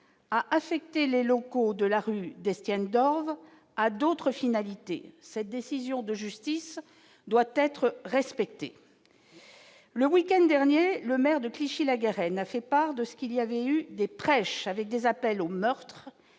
a affecté les locaux de la rue d'Estienne d'Orves à d'autres finalités cette décision de justice doit être respecté, le week-end dernier, le maire de Clichy-la-Garenne, a fait part de ce qu'il y avait eu des prêches avec des appels aux meurtres